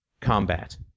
combat